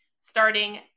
starting